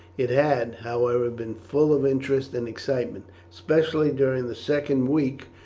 it had, however, been full of interest and excitement, especially during the second week,